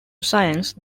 science